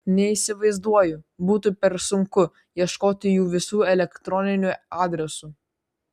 neįsivaizduoju būtų per sunku ieškoti jų visų elektroninių adresų